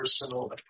personal